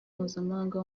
mpuzamahanga